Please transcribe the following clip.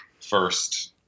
first